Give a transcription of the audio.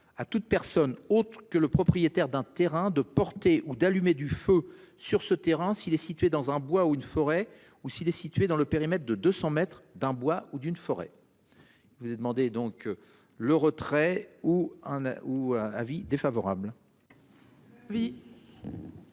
à toute personne autre que le propriétaire d'un terrain de porter ou d'allumer du feu sur ce terrain si est situé dans un bois ou une forêt ou s'il est situé dans le périmètre de 200 mètres d'un bois ou d'une forêt. Vous avez demandé donc. Le retrait ou un, ou un avis défavorable.